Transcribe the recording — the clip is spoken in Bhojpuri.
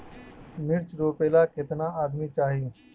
मिर्च रोपेला केतना आदमी चाही?